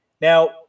Now